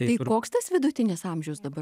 tai koks tas vidutinis amžius dabar